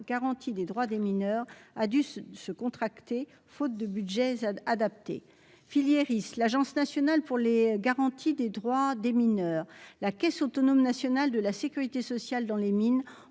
garantie des droits des mineurs, a dû se contracter, faute de budget adapté, filière il l'Agence nationale pour les garanties des droits des mineurs, la Caisse autonome nationale de la sécurité sociale dans les mines